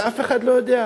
ואף אחד לא יודע.